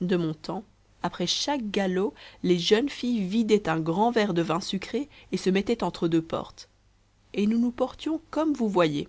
de mon temps après chaque galop les jeunes filles vidaient un grand verre de vin sucré et se mettaient entre deux portes et nous nous portions comme vous voyez